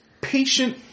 patient